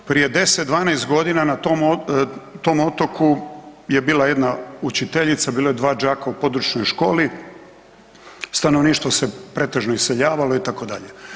Prije 10, 12 godina na tom otoku je bila jedna učiteljica, bilo je 2 đaka u područnoj školi, stanovništvo se pretežno iseljavalo itd.